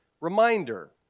reminder